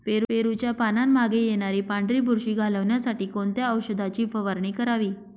पेरूच्या पानांमागे येणारी पांढरी बुरशी घालवण्यासाठी कोणत्या औषधाची फवारणी करावी?